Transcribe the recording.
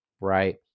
right